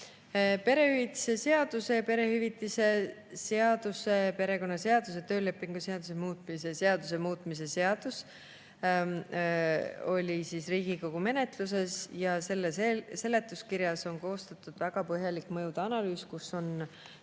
Perehüvitiste seaduse ning perehüvitiste seaduse, perekonnaseaduse ja töölepingu seaduse muutmise seaduse muutmise seadus oli Riigikogu menetluses ja selle seletuskirjas on väga põhjalik mõjude analüüs, kus on